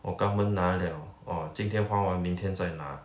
我跟他们拿了 or 今天花完明天在拿